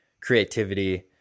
creativity